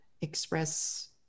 express